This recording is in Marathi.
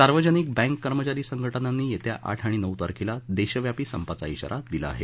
सार्वजनिक बँक कर्मचारी संघटनांनी येत्या आठ आणि नऊ तारखेला देशव्यापी संपाचा शिारा दिला आहे